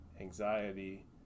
anxiety